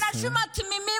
נא לסיים.